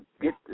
get